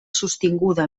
sostinguda